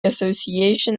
association